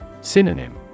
Synonym